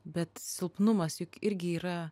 bet silpnumas juk irgi yra